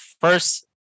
First